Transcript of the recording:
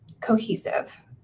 cohesive